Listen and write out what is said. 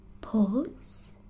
pause